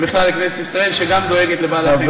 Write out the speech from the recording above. ובכלל לכנסת ישראל שגם דואגת לבעלי-החיים.